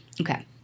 Okay